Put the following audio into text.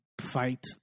fight